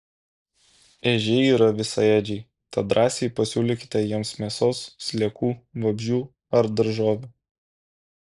ežiai yra visaėdžiai tad drąsiai pasiūlykite jiems mėsos sliekų vabzdžių ar daržovių